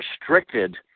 restricted